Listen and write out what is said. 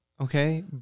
Okay